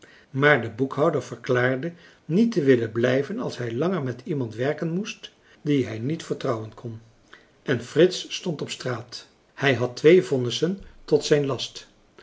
maar de boekhouder verklaarde niet te willen blijven als hij langer met iemand werken moest die hij niet vertrouwen kon en frits stond op straat hij had twee vonnissen tot zijn last